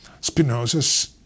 Spinoza's